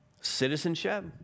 Citizenship